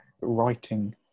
Writing